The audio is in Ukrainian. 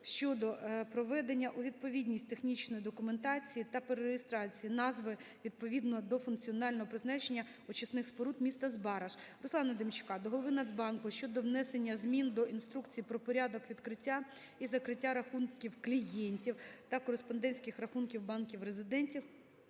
щодо приведення у відповідність технічної документації та перереєстрації назви відповідно до функціонального призначення очисних споруд міста Збараж. Руслана Демчака до голови Нацбанку щодо внесення змін до "Інструкції про порядок відкриття і закриття рахунків клієнтів та кореспондентських рахунків банків-резидентів